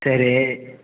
சரி